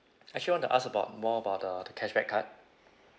I actually want to ask about more about the the cashback card